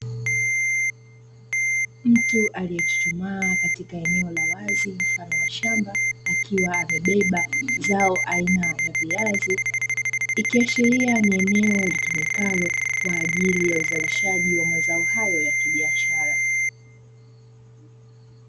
Mtu aliyechuchumaa katika eneo la wazi mfano wa shamba akiwa amebeba zao aina ya viazi, ikiashiria ni eneo litumikalo kwa ajili ya uzalishaji wa mazao hayo ya kibiashara.